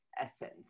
essence